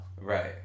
Right